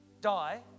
die